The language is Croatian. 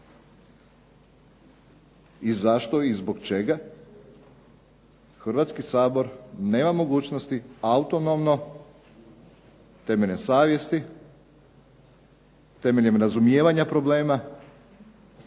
i zašto i zbog čega Hrvatski sabor nema mogućnosti autonomno temeljem savjesti, temeljem razumijevanja problema